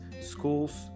schools